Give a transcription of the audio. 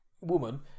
woman